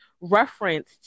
reference